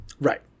Right